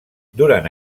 durant